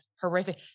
Horrific